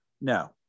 No